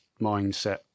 mindset